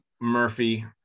Murphy